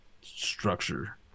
structure